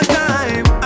time